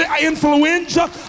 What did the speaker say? influenza